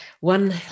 one